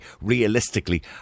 realistically